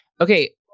Okay